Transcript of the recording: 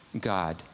God